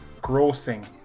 grossing